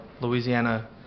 Louisiana